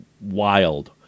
wild